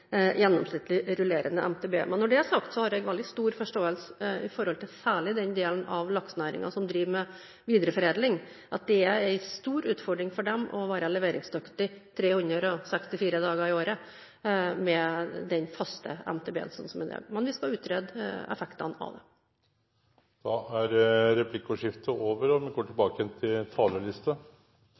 gjennomsnittlig rullerende MTB. Men når det er sagt, har jeg veldig stor forståelse for – særlig når det gjelder den delen av laksenæringen som driver med videreforedling – at det er en stor utfordring for dem å være leveringsdyktige 364 dager i året med den faste MTB-en, slik den er nå. Men vi skal utrede effektene av det. Replikkordskiftet er over.